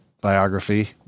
biography